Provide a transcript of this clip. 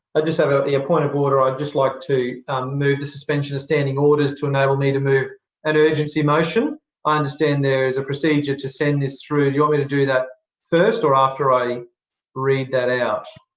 ah just have ah a a point of order. i'd just like to move the suspension of standing orders to enable me to move an urgency motion. i understand there is a procedure to send this through do you want me to do that first or after i read that out?